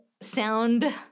sound